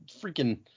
freaking